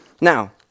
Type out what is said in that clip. Now